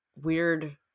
weird